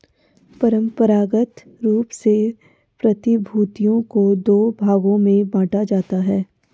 परंपरागत रूप से प्रतिभूतियों को दो भागों में बांटा जाता है